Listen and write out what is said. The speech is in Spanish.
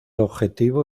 objetivo